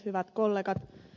hyvät kollegat